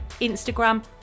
Instagram